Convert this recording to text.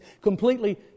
completely